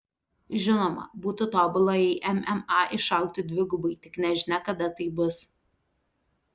žinoma būtų tobula jei mma išaugtų dvigubai tik nežinia kada tai bus